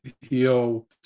heal